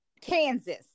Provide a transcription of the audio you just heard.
Kansas